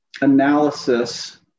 analysis